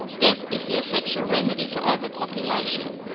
death is the effectual remedy for over-population.